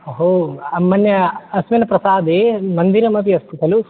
अहो मन्ये अस्मिन् प्रसादे मन्दिरमपि अस्ति खलु